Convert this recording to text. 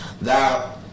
Thou